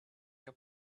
your